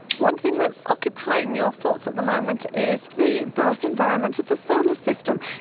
one thing that is occupying your thoughts at the moment is the birth environment of the solar system,